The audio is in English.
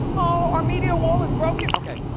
oh, our media wall is broken? okay.